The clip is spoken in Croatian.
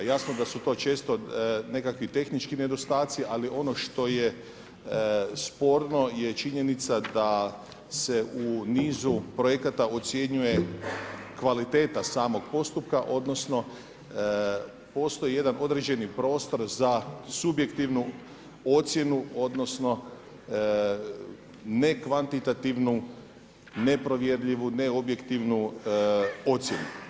Jasno da su to često nekakvi tehnički nedostatci, ali ono što je sporno je činjenica da se u nizu projekata ocjenjuje kvaliteta samog postupka, odnosno postoji jedan određeni prostor za subjektivnu ocjenu, odnosno nekvantitativnu neprovjerljivu neobjektivnu ocjenu.